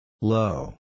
Low